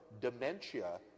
dementia